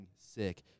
sick